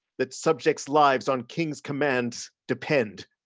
that subjects' lives on kings' commands depend.